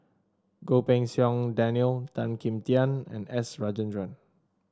Goh Pei Siong Daniel Tan Kim Tian and S Rajendran